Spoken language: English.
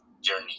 journey